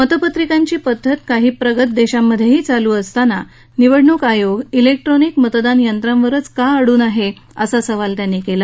मतपत्रिकांची पद्धत काही प्रगत देशांमधेही चालू असताना निवडणूक आयोग जेक्ट्रॉनिक मतदान यंत्रांवरच का अडून आहे असा सवाल त्यांनी केला